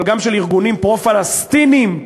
אבל גם של ארגונים פרו-פלסטיניים אחרים,